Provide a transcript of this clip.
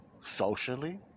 socially